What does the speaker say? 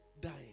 dying